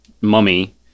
mummy